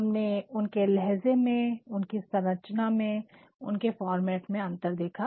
हमने उनके लहज़े में उनकी संरचना में उनके फॉर्मेट मे अंतर देखा